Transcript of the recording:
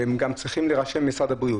שהם צריכים להירשם במשרד הבריאות.